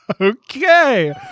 Okay